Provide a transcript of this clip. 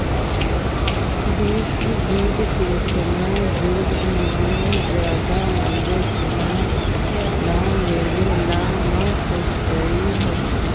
विश्व युद्ध के समय युद्ध अनुबंध ज्यादा लंबे समय ला लेवे ला न सोचकई हल